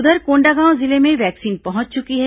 उधर कोंडागांव जिले में वैक्सीन पहुंच चुकी है